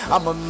I'ma